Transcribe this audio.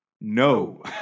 no